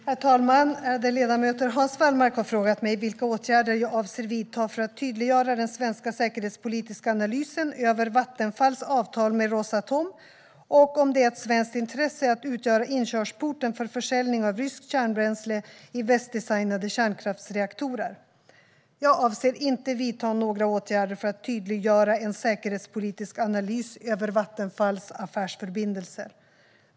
Herr talman! Ärade ledamöter! Hans Wallmark har frågat mig vilka åtgärder jag avser att vidta för att tydliggöra den svenska säkerhetspolitiska analysen över Vattenfalls avtal med Rosatom och om det är ett svenskt intresse att utgöra inkörsporten för försäljning av ryskt kärnbränsle i västdesignade kärnkraftsreaktorer. Jag avser inte att vidta några åtgärder för att tydliggöra en säkerhetspolitisk analys över Vattenfalls affärsförbindelser.